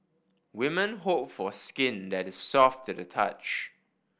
women hope for skin that is soft to the touch